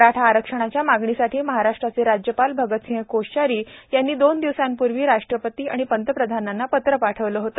मराठा आरक्षणाच्या मागणीसाठी महाराष्ट्राचे राज्यपाल भगतसिंग कोश्यारी यांनी दोन दिवसांपूर्वी राष्ट्रपती आणि पंतप्रधानांना पत्र पाठवले होते